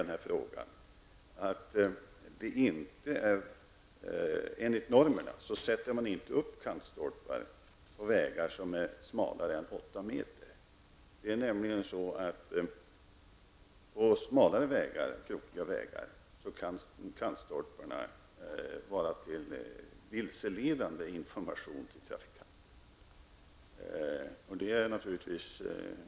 Enligt de normer som finns sätter man inte upp kantstolpar på vägar som är smalare än 8 meter. På smalare och krokiga vägar kan nämligen kantstolparna ge vilseledande information till trafikanterna.